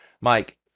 Mike